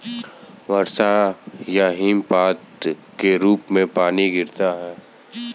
वर्षा या हिमपात के रूप में पानी गिरता है